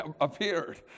appeared